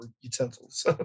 utensils